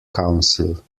council